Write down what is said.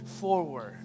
forward